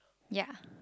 ya